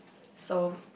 so